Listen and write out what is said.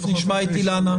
תכף נשמע את אילנה.